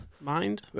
Mind